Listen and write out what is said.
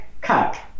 cut